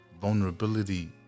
vulnerability